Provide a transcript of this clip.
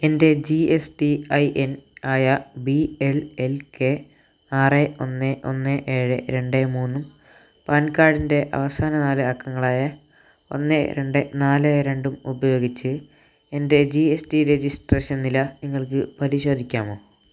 എൻ്റെ G S T I N ആയ B L L K ആറ് ഒന്ന് ഒന്ന് ഏഴ് രണ്ട് മൂന്നും പാൻ കാർഡിൻ്റെ അവസാന നാല് അക്കങ്ങളായ ഒന്ന് രണ്ട് നാല് രണ്ടും ഉപയോഗിച്ച് എൻ്റെ ജി എസ് ടി രജിസ്ട്രേഷൻ നില നിങ്ങൾക്ക് പരിശോധിക്കാമോ